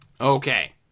Okay